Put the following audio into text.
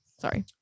sorry